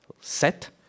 set